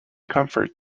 comfort